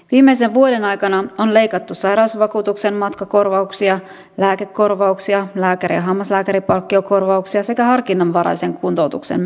viimeisen vuoden aikana on leikattu sairausvakuutuksen matkakorvauksia lääkekorvauksia lääkärin ja hammaslääkärin palkkion korvauksia sekä harkinnanvaraisen kuntoutuksen menoja